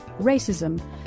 racism